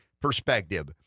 perspective